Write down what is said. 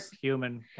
human